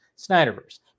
Snyderverse